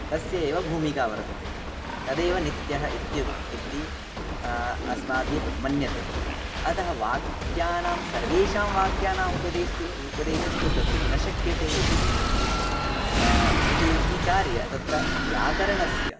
तस्य एव भूमिका वर्तते तदेव नित्यः इत्य् इति अस्माभिः मन्यते अतः वाक्यानां सर्वेषां वाक्यानाम् उपदेशस्तु उपदेशस्तु कर्तुं न शक्यते इति इति विचार्य तत्र व्याकरणस्य